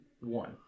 One